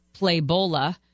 Playbola